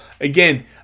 Again